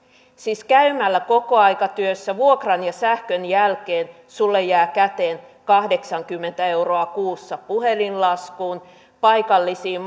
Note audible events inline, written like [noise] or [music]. siis käymällä kokoaikatyössä vuokran ja sähkön jälkeen sinulle jää käteen kahdeksankymmentä euroa kuussa puhelinlaskuun paikallisiin [unintelligible]